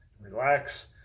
relax